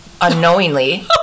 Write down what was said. unknowingly